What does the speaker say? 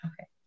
okay